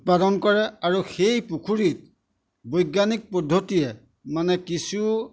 উৎপাদন কৰে আৰু সেই পুখুৰীত বৈজ্ঞানিক পদ্ধতিয়ে মানে কিছু